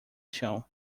chão